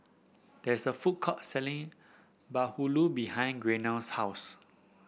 there is a food court selling bahulu behind Gaynell's house